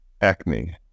Acne